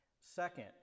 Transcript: Second